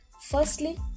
Firstly